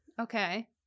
Okay